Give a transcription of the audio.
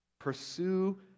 pursue